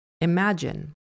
Imagine